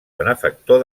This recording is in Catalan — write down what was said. benefactor